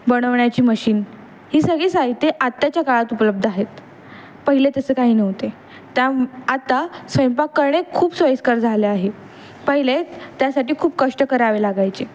बनवण्याची मशीन ही सगळी साहित्य आहे आत्ताच्या काळात उपलब्ध आहेत पहिले तसं काही नव्हते त्या आता स्वयंपाक करणे खूप सोयीस्कर झाले आहे पहिले त्यासाठी खूप कष्ट करावे लागायचे